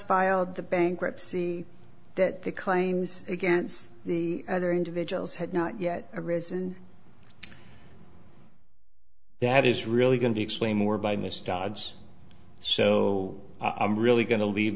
filed the bankruptcy that the claims against the other individuals had not yet arisen that is really going to explain more by miss dogs so i'm really going to leave